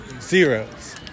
zeros